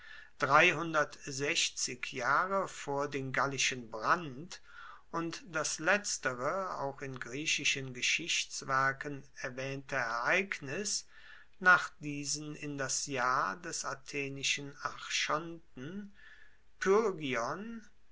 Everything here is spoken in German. sechzig jahre vor den gallischen brand und das letztere auch in griechischen geschichtswerken erwaehnte ereignis nach diesen in das jahr des athenischen